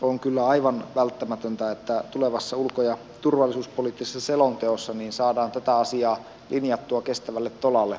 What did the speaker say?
on kyllä aivan välttämä töntä että tulevassa ulko ja turvallisuuspoliittisessa selonteossa saadaan tätä asiaa linjattua kestävälle tolalle